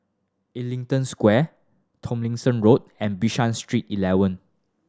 Ellington Square Tomlinson Road and Bishan Street Eleven